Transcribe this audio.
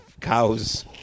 cows